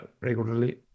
regularly